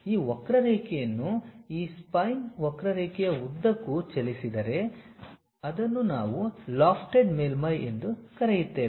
ಈಗ ನಾನು ಈ ವಕ್ರರೇಖೆಯನ್ನು ಆ ಸ್ಪೈನ್ ಕರ್ವ್ ವಕ್ರರೇಖೆಯ ಉದ್ದಕ್ಕೂ ಚಲಿಸಿದರೆ ಅದನ್ನು ನಾವು ಲೋಫ್ಟೆಡ್ ಮೇಲ್ಮೈ ಎಂದೂ ಕರೆಯುತ್ತೇವೆ